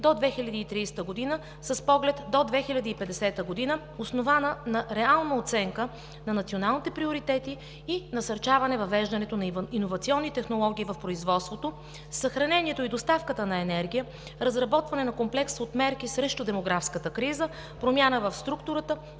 до 2030 г. с поглед до 2050 г., основана на реална оценка, на националните приоритети и насърчаване въвеждането на иновационни технологии в производството; съхранението и доставката на енергия; разработване на комплекс от мерки срещу демографската криза; промяна в структурата,